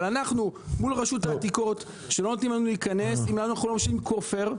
אבל אנחנו מול רשות העתיקות שלא נותנם לנו להיכנס אם לא משלמים כופר.